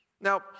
Now